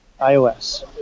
IOS